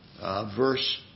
verse